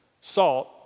salt